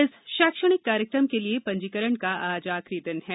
इस शैणिक्षक कार्यक्रम के लिए पंजीकरण का आज आखिरी दिन है